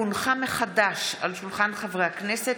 כי הונחה מחדש על שולחן הכנסת,